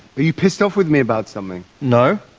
are you pissed off with me about something? no.